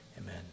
amen